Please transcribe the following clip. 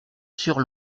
sur